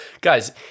Guys